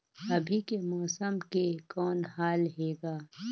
अभी के मौसम के कौन हाल हे ग?